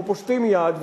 או פושטים יד,